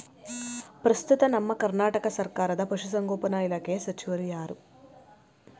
ಪ್ರಸ್ತುತ ನಮ್ಮ ಕರ್ನಾಟಕ ಸರ್ಕಾರದ ಪಶು ಸಂಗೋಪನಾ ಇಲಾಖೆಯ ಸಚಿವರು ಯಾರು?